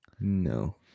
No